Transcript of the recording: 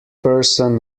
person